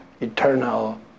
eternal